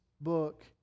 book